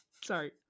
Sorry